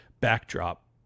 backdrop